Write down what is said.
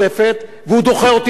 והוא דוחה אותי פעם נוספת.